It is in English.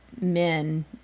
men